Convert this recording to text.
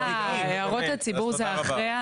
אה, הערות הציבור זה אחרי?